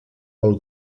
pel